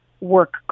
work